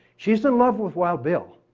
she's in love with wild bill,